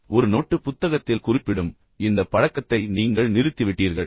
எனவே ஒரு நோட்டுப் புத்தகத்தில் குறிப்பிடும் இந்த பழக்கத்தை நீங்கள் நிறுத்திவிட்டீர்கள்